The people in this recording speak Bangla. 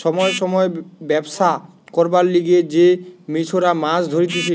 সময় সময় ব্যবছা করবার লিগে যে মেছোরা মাছ ধরতিছে